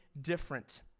Different